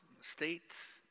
states